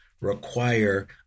require